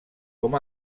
com